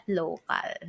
local